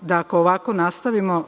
da ako ovako nastavimo